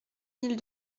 mille